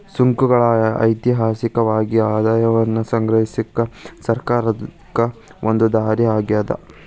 ಸುಂಕಗಳ ಐತಿಹಾಸಿಕವಾಗಿ ಆದಾಯವನ್ನ ಸಂಗ್ರಹಿಸಕ ಸರ್ಕಾರಕ್ಕ ಒಂದ ದಾರಿ ಆಗ್ಯಾದ